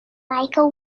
michael